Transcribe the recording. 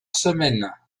semaine